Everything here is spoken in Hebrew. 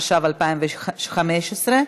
התשע"ז 2017,